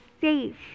safe